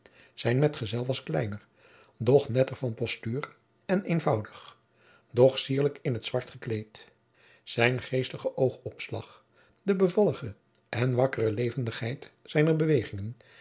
zijn medgezel was kleiner doch netter van postuur en eenvoudig doch cierlijk in t zwart gekleed zijn geestige oogopslag de bevallige en wakkere levendigheid zijner bewegingen